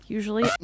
Usually